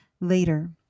later